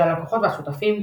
של הלקוחות והשותפים,